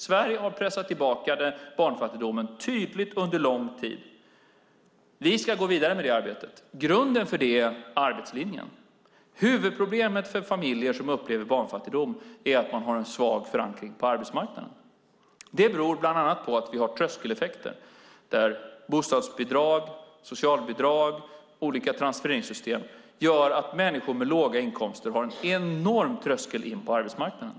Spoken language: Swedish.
Sverige har pressat tillbaka barnfattigdomen tydligt under lång tid. Vi ska gå vidare med detta arbete, och grunden för det är arbetslinjen. Huvudproblemet för familjer som upplever barnfattigdom är att man har en svag förankring på arbetsmarknaden. Det beror bland annat på att vi har tröskeleffekter där bostadsbidrag, socialbidrag och olika transfereringssystem gör att människor med låga inkomster har en enorm tröskel in på arbetsmarknaden.